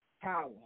power